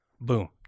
Boom